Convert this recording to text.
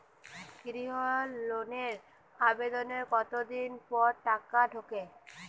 গৃহ লোনের আবেদনের কতদিন পর টাকা ঢোকে?